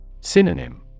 Synonym